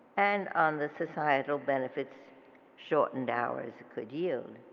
and on the societal benefits shortened hours could yield.